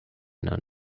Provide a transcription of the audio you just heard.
known